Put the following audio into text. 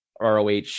roh